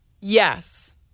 Yes